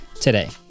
today